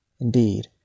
Indeed